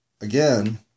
again